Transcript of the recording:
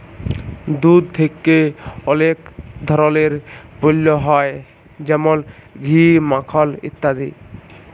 দুধ থেক্যে অলেক ধরলের পল্য হ্যয় যেমল ঘি, মাখল ইত্যাদি